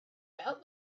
about